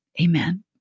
Amen